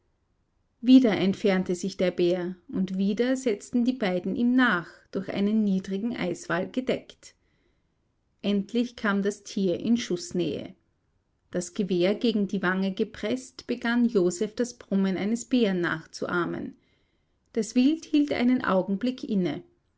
wieder entfernte sich der bär und wieder setzten die beiden ihm nach durch einen niedrigen eiswall gedeckt endlich kam das tier in schußnähe das gewehr gegen die wange gepreßt begann joseph das brummen eines bären nachzuahmen das wild hielt einen augenblick inne